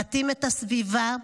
להתאים את הסביבה לצורכיהם.